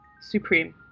Supreme